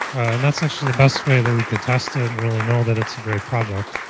and that's actually the best way that we could test it and really know that it's a great project.